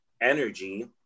energy